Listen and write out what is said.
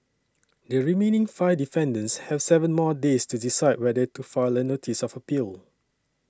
the remaining five defendants have seven more days to decide whether to file a notice of appeal